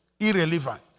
Irrelevant